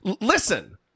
listen